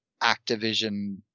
Activision